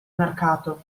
mercato